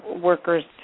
workers